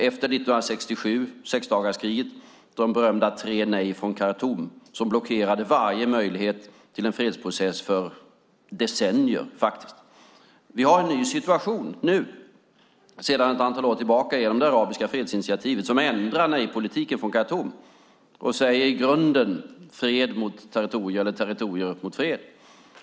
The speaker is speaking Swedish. Efter 1967 och sexdagarskriget kom de berömda tre nejen från Khartum som blockerade varje möjlighet till en fredsprocess för decennier. Vi har nu en ny situation sedan ett antal år tillbaka genom det arabiska fredsinitiativ som ändrade nej-politiken från Khartum och i grunden säger fred mot territorier eller territorier mot fred.